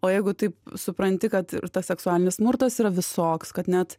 o jeigu taip supranti kad ir tas seksualinis smurtas yra visoks kad net